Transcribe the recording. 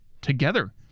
together